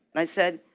and i said,